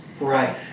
Right